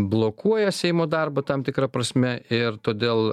blokuoja seimo darbą tam tikra prasme ir todėl